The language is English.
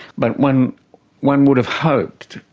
but one one would have hoped,